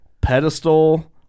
pedestal